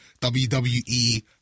WWE